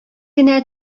генә